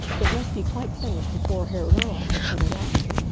it must be quite finished before herr nirlanger should arrive.